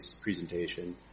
presentation